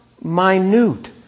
minute